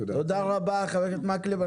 תודה רבה חבר הכנסת מקלב.